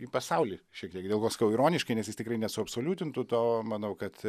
į pasaulį šiek tiek dėl ko sakau ironiškai nes jis tikrai nesuabsoliutintų to manau kad